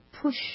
push